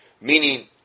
Meaning